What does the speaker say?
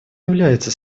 является